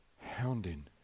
hounding